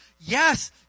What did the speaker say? Yes